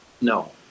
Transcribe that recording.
no